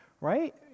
right